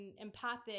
empathic